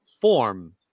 form